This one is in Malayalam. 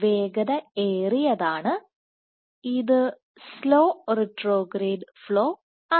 ഇത് വേഗതയേറിയതാണ് ഇത് സ്ലോ റിട്രോഗ്രേഡ് ഫ്ലോ ആണ്